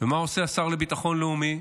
ומה עושה השר לביטחון לאומי?